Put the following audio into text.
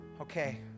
Okay